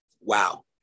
wow